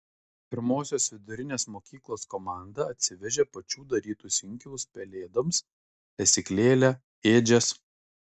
pirmosios vidurinės mokyklos komanda atsivežė pačių darytus inkilus pelėdoms lesyklėlę ėdžias